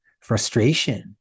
frustration